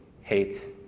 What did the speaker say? hates